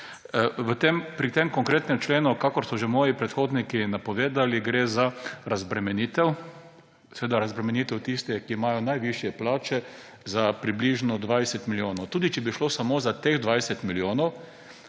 Pri tem konkretnem členu, kakor so že moji predhodniki napovedali, gre za razbremenitev, seveda razbremenitev tistih, ki imajo najvišje plače, za približno 20 milijonov. Tudi če bi šlo samo za teh 20 milijonov,